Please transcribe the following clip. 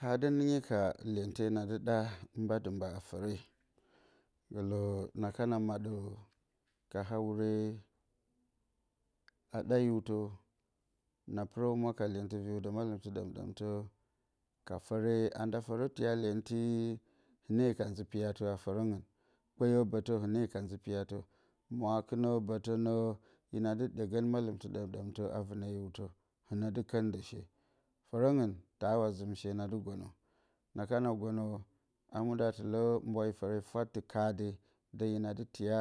Haa dɨ nɨnyi ka lyente na dɨ ɗa mba dɨmba a fǝre. Gǝlǝ na kana maɗǝ ka hawure a ɗa hiwtǝ, na pɨrǝ humwa ka lyentɨ viriwdǝ mallɨmtɨ ɗǝm-ɗǝmtǝ. Ka fǝre anda fǝrǝ tiya lyenti, hɨne nzǝ piyatǝ a fǝrǝngɨn. Kpeyǝ bǝtǝ hɨne ka nzǝ piyatǝ. Mwaakɨnǝ bǝtǝ nǝ hina dɨ ɗyegǝn mallɨmtɨ ɗǝm-ɗǝmtǝ a vɨnǝ hiwtǝ. Hɨnǝ dɨ kǝndǝshe. Fǝrǝngɨn. taawa zɨmshe na dɨ gonǝ, na kana gonǝ a muɗǝ a tɨlǝ mbwayi fǝre fwattɨ kaade, dǝ hina dɨ tiya